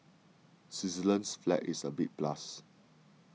Switzerland's flag is a big plus